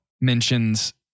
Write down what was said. mentions